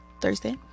thursday